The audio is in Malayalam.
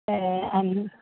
ആ